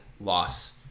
loss